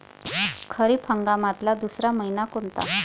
खरीप हंगामातला दुसरा मइना कोनता?